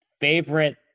favorite